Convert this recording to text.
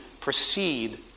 proceed